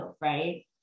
right